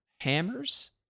hammers